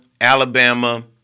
Alabama